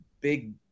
big